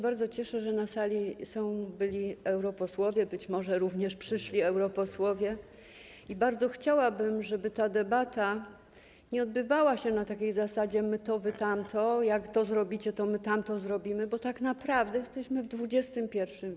Bardzo się cieszę, że na sali są byli europosłowie, być może również przyszli europosłowie, i bardzo chciałabym, żeby ta debata nie odbywała się na takiej zasadzie: my to, wy tamto, jak zrobicie to, my zrobimy tamto, bo tak naprawdę jesteśmy w XXI w.